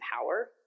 power